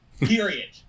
period